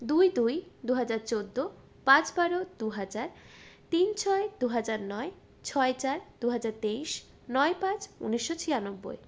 দুই দুই দুহাজার চোদ্দ পাঁচ বারো দুহাজার তিন ছয় দুহাজার নয় ছয় চার দুহাজার তেইশ নয় পাঁচ উনিশশো ছিয়ানব্বই